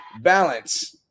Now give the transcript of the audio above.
balance